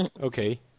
okay